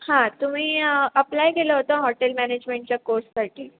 हां तुम्ही अप्लाय केलं होतं हॉटेल मॅनेजमेंटच्या कोर्ससाठी